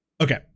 Okay